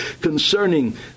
concerning